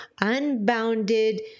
Unbounded